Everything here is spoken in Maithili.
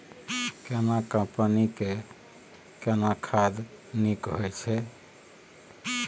केना कंपनी के केना खाद नीक होय छै?